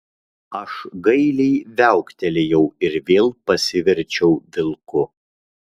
aš gailiai viauktelėjau ir vėl pasiverčiau vilku